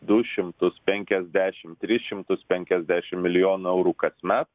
du šimtus penkiasdešimt tris šimtus penkiasdešimt milijonų eurų kasmet